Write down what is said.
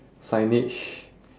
signage